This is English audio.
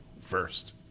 first